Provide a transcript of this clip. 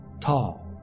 tall